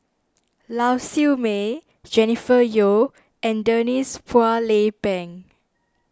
Lau Siew Mei Jennifer Yeo and Denise Phua Lay Peng